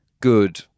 good